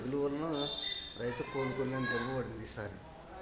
దాని తెగులు వల్న రైతులు కోలుకోలేని దెబ్బ పడింది ఈసారి